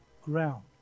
ground